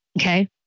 Okay